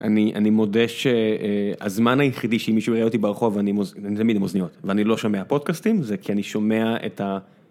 אני מודה שהזמן היחידי שאם מישהו יראה אותי ברחוב אני תמיד עם אוזניות, ואני לא שומע פודקאסטים, זה כי אני שומע את ה...